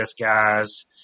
guys